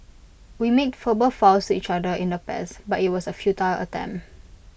we made verbal vows each other in the past but IT was A futile attempt